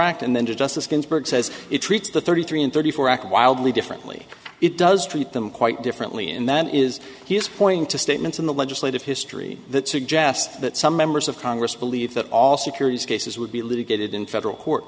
act and then justice ginsburg says it treats the thirty three and thirty four act wildly differently it does treat them quite differently and that is he is pointing to statements in the legislative history that suggest that some members of congress believe that all securities cases would be litigated in federal court